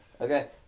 Okay